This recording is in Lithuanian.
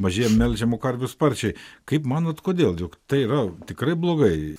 mažėja melžiamų karvių sparčiai kaip manot kodėl jog tai yra tikrai blogai